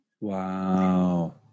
Wow